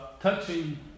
touching